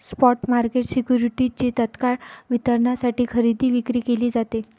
spot market सिक्युरिटीजची तत्काळ वितरणासाठी खरेदी विक्री केली जाते